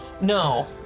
No